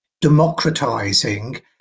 democratizing